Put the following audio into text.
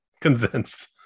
convinced